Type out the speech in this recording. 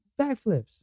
backflips